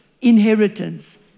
inheritance